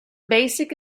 basic